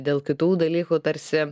dėl kitų dalykų tarsi